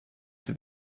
for